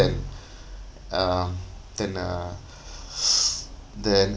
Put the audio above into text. uh than uh than